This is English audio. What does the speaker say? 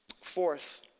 Fourth